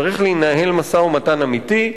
צריך לנהל משא-ומתן אמיתי,